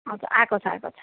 हजुर आएको छ आएको छ